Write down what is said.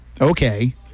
Okay